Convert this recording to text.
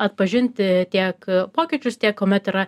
atpažinti tiek pokyčius tiek kuomet yra